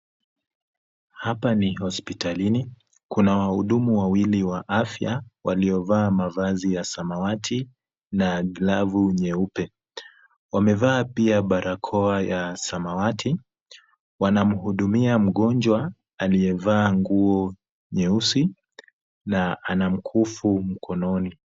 Hapa ni hospitalini. Kuna wahudumu wawili wa afya waliovaa mavazi ya samawati na glavu nyeupe. Wamevaa pia barakoa ya samawati. Wanamhudumia mgonjwa aliyevaa nguo nyeusi na ana mkufu mkononi.